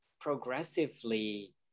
progressively